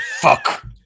Fuck